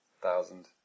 thousand